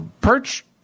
perch